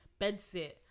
bedsit